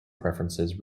preferences